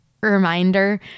reminder